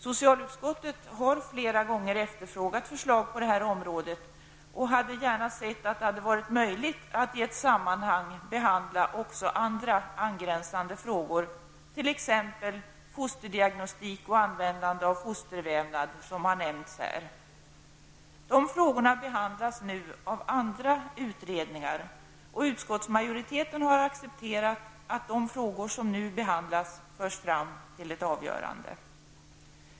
Socialutskottet har flera gånger efterfrågat förslag på det här området och hade gärna sett att det varit möjligt att i ett sammanhang behandla också andra angränsande frågor, t.ex. fosterdiagnostik och användande av fostervävnad, frågor som tidigare har nämnts i debatten. Dessa frågor behandlas nu av andra utredningar, och utskottsmajoriteten har accepterat att de frågor som nu behandlas förs fram till ett avgörande.